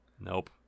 Nope